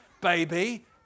baby